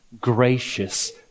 gracious